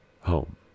home